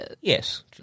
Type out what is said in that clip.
Yes